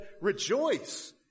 rejoice